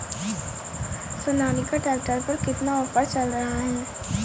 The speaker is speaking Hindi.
सोनालिका ट्रैक्टर पर कितना ऑफर चल रहा है?